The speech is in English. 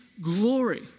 glory